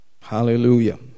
Hallelujah